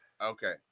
Okay